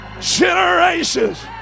generations